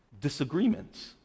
disagreements